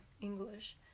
English